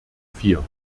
vier